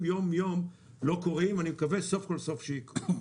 יום יום לא קורים ואני מקווה שסוף כל סוף שיקרו.